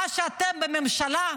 מה שאתם בממשלה,